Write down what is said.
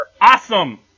Awesome